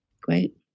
Great